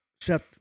set